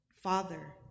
Father